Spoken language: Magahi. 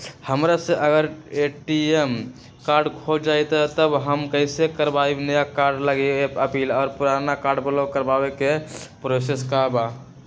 हमरा से अगर ए.टी.एम कार्ड खो जतई तब हम कईसे करवाई नया कार्ड लागी अपील और पुराना कार्ड ब्लॉक करावे के प्रोसेस का बा?